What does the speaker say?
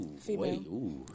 Female